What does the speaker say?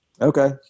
okay